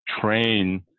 train